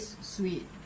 sweet